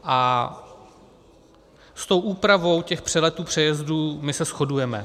A s tou úpravou těch přeletů, přejezdů my se shodujeme.